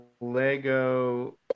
Lego